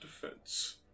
defense